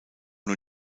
nur